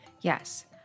Yes